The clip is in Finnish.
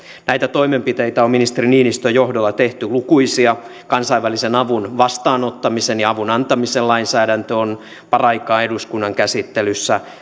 näitä toimenpiteitä on ministeri niinistön johdolla tehty lukuisia kansainvälisen avun vastaanottamisen ja avun antamisen lainsäädännön päätöksentekojärjestelyt ovat paraikaa eduskunnan käsittelyssä